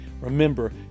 remember